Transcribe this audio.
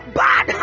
bad